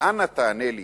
אנא תענה לי